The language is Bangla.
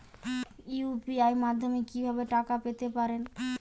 ইউ.পি.আই মাধ্যমে কি ভাবে টাকা পেতে পারেন?